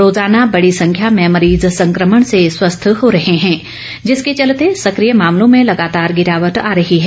रोज़ाना बड़ी संख्या में मरीज़ संकमण से स्वस्थ हो रहे हैं जिसके चलते सकिय मामलों में लगातार गिरावट आ रही है